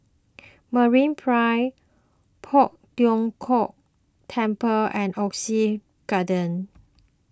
MeraPrime Poh Tiong Kiong Temple and Oxley Garden